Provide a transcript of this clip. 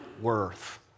worth